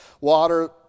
water